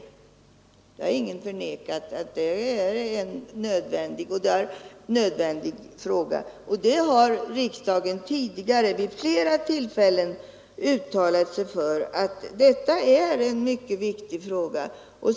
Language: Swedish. Ingen har förnekat att det är nödvändigt att lösa det problemet, och riksdagen har tidigare vid flera tillfällen uttalat att det är en mycket viktig fråga.